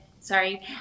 Sorry